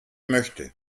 möchte